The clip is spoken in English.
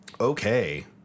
Okay